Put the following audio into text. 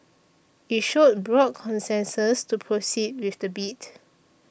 it showed broad consensus to proceed with the bid